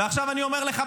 ועכשיו אני אומר לך,